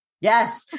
Yes